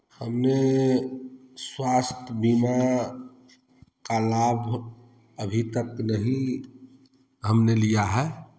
हमने स्वास्थ्य बीमा का लाभ अभी तक नहीं हमने लिया है